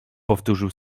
powtórzył